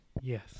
Yes